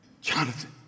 Jonathan